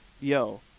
yo